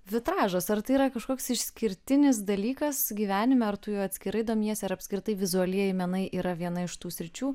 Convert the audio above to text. vitražas ar tai yra kažkoks išskirtinis dalykas gyvenime ar tu juo atskirai domiesi ar apskritai vizualieji menai yra viena iš tų sričių